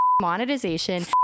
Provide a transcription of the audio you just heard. monetization